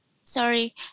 Sorry